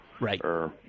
Right